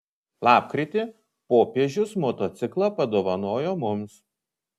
lapkritį popiežius motociklą padovanojo mums